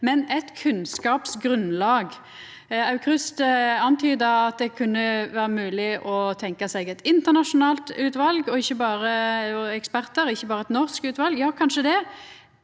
men eit kunnskapsgrunnlag. Aukrust antyda at det kunne vera mogleg å tenkja seg eit internasjonalt utval av ekspertar, ikkje berre eit norsk utval. Ja, kanskje det.